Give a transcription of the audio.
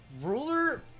ruler